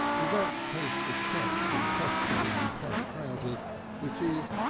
with that taste for checks in costume and tight trousers which is,